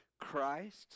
Christ